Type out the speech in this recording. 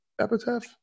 epitaph